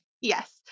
Yes